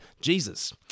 Jesus